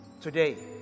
today